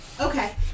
Okay